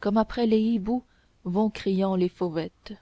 comme après les hiboux vont criant les fauvettes